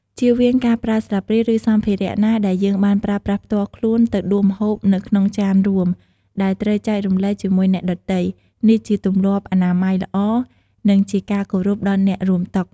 ជៀសវាងការប្រើស្លាបព្រា ឬសម្ភារៈណាដែលយើងបានប្រើប្រាស់ផ្ទាល់ខ្លួនទៅដួសម្ហូបនៅក្នុងចានរួមដែលត្រូវចែករំលែកជាមួយអ្នកដទៃ នេះជាទម្លាប់អនាម័យល្អ និងជាការគោរពដល់អ្នករួមតុ។